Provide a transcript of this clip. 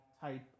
type